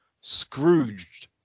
Scrooged